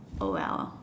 oh well